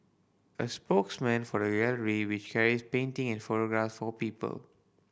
a spokesman for the gallery which carries painting and photographs for people